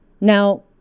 Now